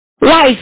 life